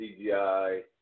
CGI